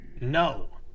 No